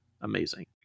amazing